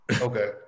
Okay